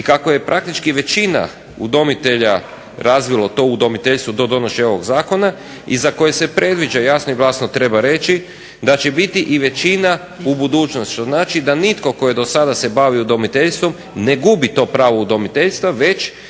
i kakav je praktički većina udomitelja razvilo to udomiteljstvo do donošenja ovog zakona i za koje se predviđa, jasno i glasno treba reći, da će biti i većina u budućnosti što znači da nitko tko se do sada bavio udomiteljstvom ne gubi to pravo udomiteljstva već